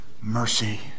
mercy